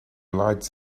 lights